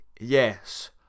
yes